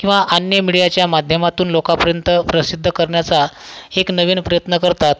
किंवा अन्य मीडियाच्या माध्यमातून लोकापर्यंत प्रसिद्ध करण्याचा एक नवीन प्रयत्न करतात